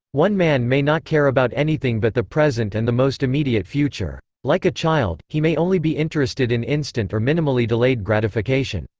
one man may not care about anything but the present and the most immediate future. like a child, he may only be interested in instant or minimally delayed gratification.